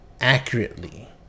accurately